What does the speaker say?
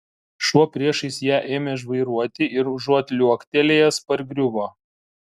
šuo priešais ją ėmė žvairuoti ir užuot liuoktelėjęs pargriuvo